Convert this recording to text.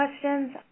questions